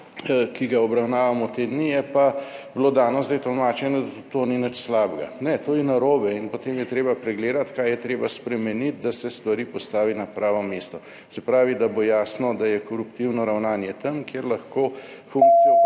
ki ga obravnavamo te dni, je pa bilo dano zdaj tolmačeno, da to ni nič slabega. Ne, to je narobe in potem je treba pregledati, kaj je treba spremeniti, da se stvari postavi na pravo mesto. Se pravi, da bo jasno, da je koruptivno ravnanje tam, kjer lahko funkcijo